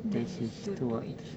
then it's two two each